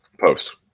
post